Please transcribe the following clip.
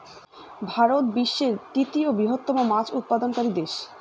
ভারত বিশ্বের তৃতীয় বৃহত্তম মাছ উৎপাদনকারী দেশ